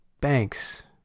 banks